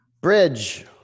Bridge